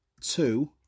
two